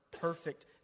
perfect